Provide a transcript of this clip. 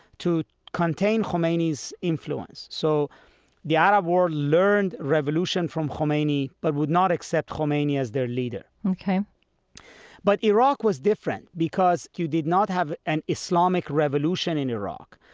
to contain khomeini's influence. so the arab world learned revolution from khomeini but would not accept khomeini as their leader ok but iraq was different, because you did not have an islamic revolution in iraq.